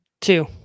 Two